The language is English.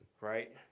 Right